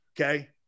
Okay